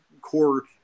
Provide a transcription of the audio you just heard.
core